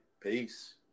Peace